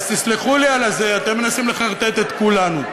אז תסלחו לי על זה, אתם מנסים לחרטט את כולנו.